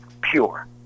pure